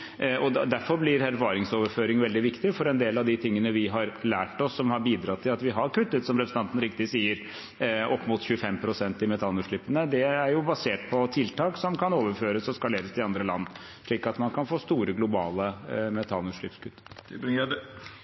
Derfor blir erfaringsoverføring veldig viktig. For en del av de tingene vi har lært oss – som har bidratt til at vi har kuttet, som representanten riktig sier, opp mot 25 pst. i metanutslippene – er basert på tiltak som kan overføres og skaleres til andre land, slik at man kan få store globale metanutslippskutt.